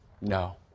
no